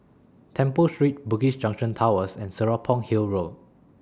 Temple Street Bugis Junction Towers and Serapong Hill Road